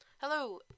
Hello